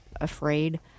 afraid